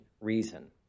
reason